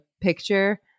picture